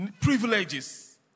privileges